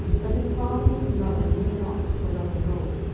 but his father and his mother knew not that it was of the lord,